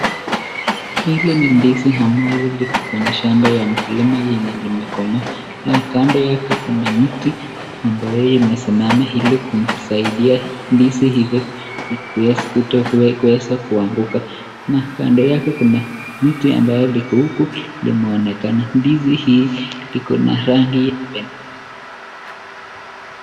Hili ni ndizi ambalo liko kwenye shamba la mkulima lenye limekomaa, na kando yake kuna miti ambayo imesimama ili kumsaidia ndizi hili kutokuweza kuanguka na kando yake kuna mti ambayo iko huko ambayo imeonekana. Ndizi hii iko na rangi